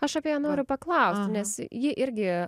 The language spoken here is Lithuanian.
aš apie ją noriu paklausti nes ji irgi